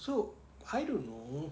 so I don't know